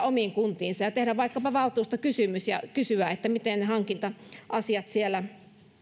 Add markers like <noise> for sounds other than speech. <unintelligible> omiin kuntiinsa ja tehdä vaikkapa valtuustokysymys ja kysyä miten ne hankinta asiat siellä